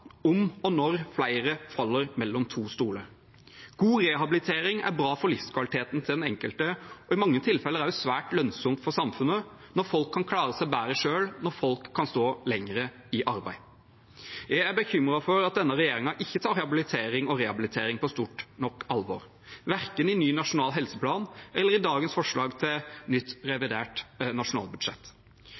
om – og når – flere faller mellom to stoler. God rehabilitering er bra for livskvaliteten til den enkelte, og i mange tilfeller er det også svært lønnsomt for samfunnet når folk kan klare seg bedre selv, når folk kan stå lenger i arbeid. Jeg er bekymret for at denne regjeringen ikke tar habilitering og rehabilitering på stort nok alvor, verken i ny nasjonal helseplan eller i dagens forslag til nytt revidert nasjonalbudsjett.